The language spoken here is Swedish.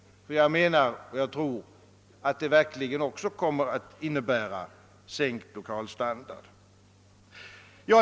Jag tror nämligen att det verkligen är fråga om en sänkt lokalstandard.